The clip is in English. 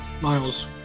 Miles